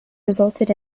resulted